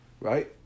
right